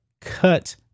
cut